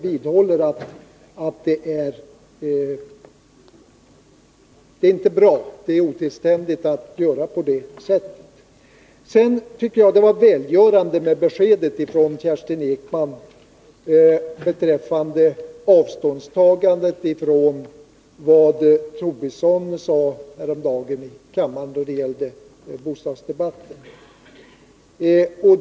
Kerstin Ekman gav ett välgörande besked då hon tog avstånd från vad Lars Tobisson häromdagen sade i kammaren om bostadsdebatten.